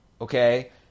Okay